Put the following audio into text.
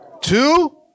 Two